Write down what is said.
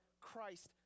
christ